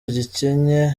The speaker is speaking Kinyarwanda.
gikennye